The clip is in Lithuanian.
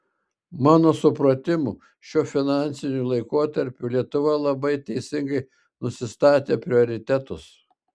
mano supratimu šiuo finansiniu laikotarpiu lietuva labai teisingai nusistatė prioritetus